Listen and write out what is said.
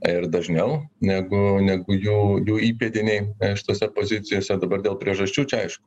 ir dažniau negu negu jų jų įpėdiniai tose pozicijose dabar dėl priežasčių čia aišku